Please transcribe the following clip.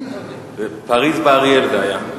פריס באריאל זה היה.